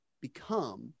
become